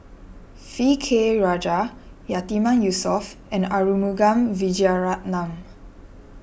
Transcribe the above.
V K Rajah Yatiman Yusof and Arumugam Vijiaratnam